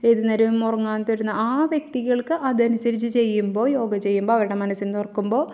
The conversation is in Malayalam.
ഏതു നേരവും ഉറങ്ങാൻ തോരുന്ന ആ വ്യക്തികൾക്ക് അതനുസരിച്ച് ചെയ്യുമ്പോൾ യോഗ ചെയ്യുമ്പോൾ അവരുടെ മനസ്സും അതോർക്കുമ്പോൾ